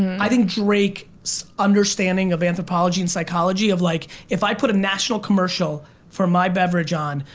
i think drake's understanding of anthropology and psychology of like if i put a national commercial for my beverage on,